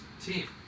team